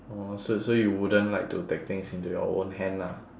oh so so you wouldn't like to take things into your own hand lah